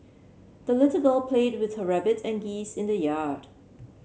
the little girl played with her rabbit and geese in the yard